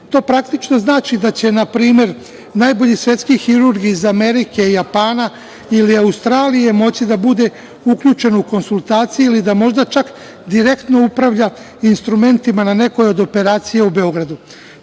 praktično znači da će npr. najbolji svetski hirurzi iz Amerike, Japana ili Australije moći da budu uključeni u konsultacije ili možda da čak direktno upravlja instrumentima na nekoj od operacija u Beogradu.